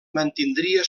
mantindria